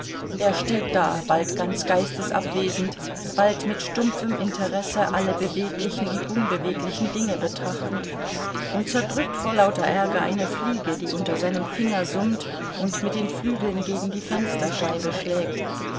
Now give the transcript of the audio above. er steht da bald ganz geistesabwesend bald mit stumpfem interesse alle beweglichen und unbeweglichen dinge betrachtend und zerdrückt vor lauter ärger eine fliege die unter seinem finger summt und mit den flügeln gegen die fensterscheibe schlägt